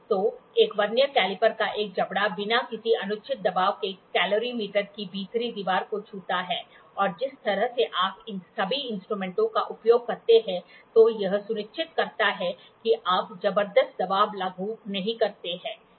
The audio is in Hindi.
तो एक वर्नियर कैलिपर का एक जबड़ा बिना किसी अनुचित दबाव के कैलोरीमीटर की भीतरी दीवार को छूता है और जिस तरह से आप इन सभी इंस्ट्रूमेंटों का उपयोग करते हैं तो यह सुनिश्चित करता है कि आप जबरदस्त दबाव लागू नहीं करते हैं